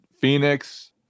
Phoenix